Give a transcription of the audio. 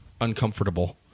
uncomfortable